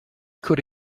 could